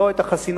לא את החסינות,